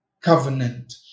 covenant